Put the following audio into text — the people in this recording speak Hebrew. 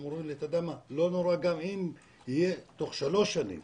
אמרו לי: לא נורא גם אם יהיה בתוך שלוש שנים